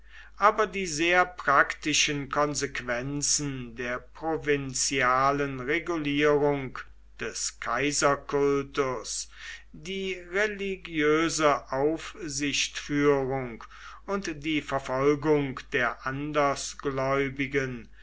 aber die sehr praktischen konsequenzen der provinzialen regulierung des kaiserkultus die religiöse aufsichtführung und die verfolgung der